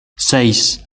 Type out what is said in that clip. seis